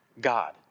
God